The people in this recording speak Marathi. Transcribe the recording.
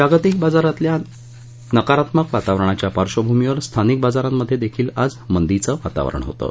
जागतिक बाजारातल्या नकारात्मक वातावरणाच्या पार्श्वभूमीवर स्थानिक बाजारांमध्ये देखिल आज मंदीचं वातावरण होतं